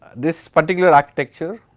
this particular architecture